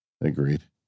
Agreed